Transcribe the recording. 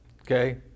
okay